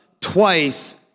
twice